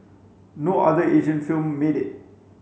no other Asian film made it